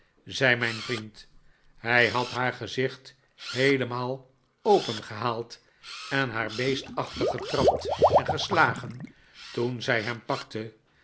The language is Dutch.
zei mijn vriend hij had haar gezicht heelemaal opengehaald en haar beestachtig getrapt en geslagen toen zij hem pakte